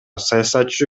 саясатчы